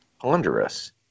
ponderous